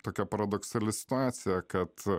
tokia paradoksali situacija kad